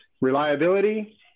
reliability